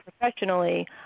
professionally